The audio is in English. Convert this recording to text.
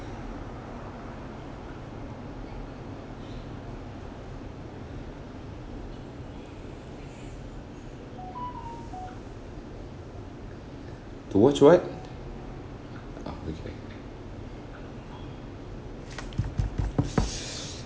to watch what ah okay